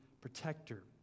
protector